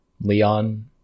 Leon